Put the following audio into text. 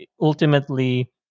ultimately